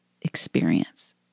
experience